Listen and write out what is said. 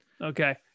okay